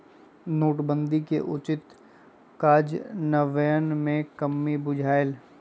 नोटबन्दि के उचित काजन्वयन में कम्मि बुझायल